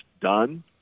done